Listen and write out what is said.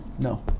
No